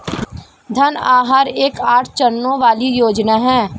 ऋण आहार एक आठ चरणों वाली योजना है